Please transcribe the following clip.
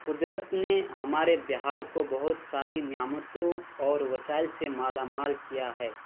قدرت نے ہمارے بہار کو بہت ساری نعمتوں اور وسائل سے مالا مال کیا ہے